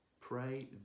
pray